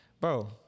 Bro